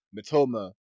Matoma